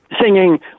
singing